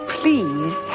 please